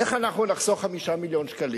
איך אנחנו נחסוך 5 מיליון שקלים?